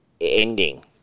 ending